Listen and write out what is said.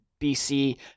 BC